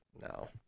No